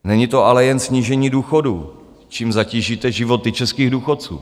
Není to ale jen snížení důchodů, čím zatížíte životy českých důchodců.